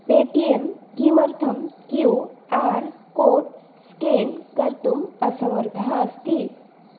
Paytm किमर्थं Q R code scan कर्तुम् असमर्थः अस्ति